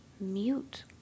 mute